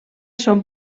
són